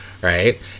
right